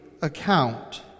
account